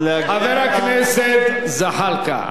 חבר הכנסת זחאלקה,